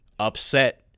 upset